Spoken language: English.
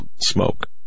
smoke